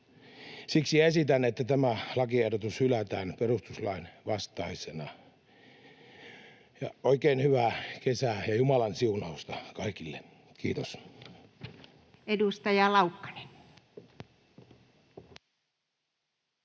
Siksi esitän, että tämä lakiehdotus hylätään perustuslain vastaisena. Oikein hyvää kesää ja Jumalan siunausta kaikille! — Kiitos.